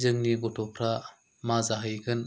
जोंनि गथ'फ्रा मा जाहैगोन